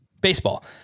baseball